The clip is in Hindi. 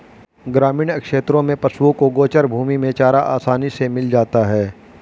ग्रामीण क्षेत्रों में पशुओं को गोचर भूमि में चारा आसानी से मिल जाता है